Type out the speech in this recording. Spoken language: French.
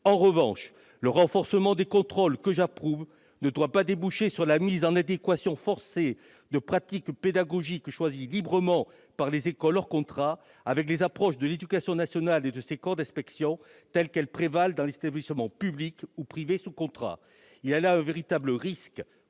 En revanche, le renforcement des contrôles, que j'approuve, ne doit pas déboucher sur la mise en adéquation forcée de pratiques pédagogiques choisies librement par les écoles hors contrat avec les approches de l'éducation nationale et de ses corps d'inspection, telles qu'elles prévalent dans les établissements publics ou privés sous contrat. Il y a là un véritable risque